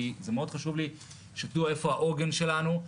כי מאוד חשוב לי שתדעו איפה העוגן שלנו,